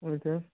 okay